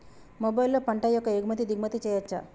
మొబైల్లో పంట యొక్క ఎగుమతి దిగుమతి చెయ్యచ్చా?